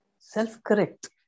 self-correct